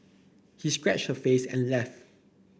he scratched her face and left